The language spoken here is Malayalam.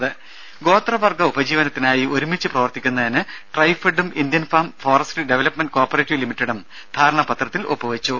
രുഭ ഗോത്രവർഗ ഉപജീവനത്തിനായി ഒരുമിച്ച് പ്രവർത്തിക്കുന്നതിന് ട്രൈഫെഡും Indian farm forestry development cooperative ലിമിറ്റഡും ധാരണാ പത്രത്തിൽ ഒപ്പു വെച്ചു